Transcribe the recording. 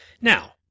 Now